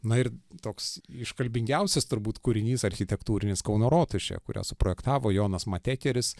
na ir toks iškalbingiausias turbūt kūrinys architektūrinis kauno rotušė kurią suprojektavo jonas matekeris